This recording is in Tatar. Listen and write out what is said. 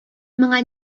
моңа